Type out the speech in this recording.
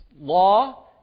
law